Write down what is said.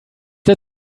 der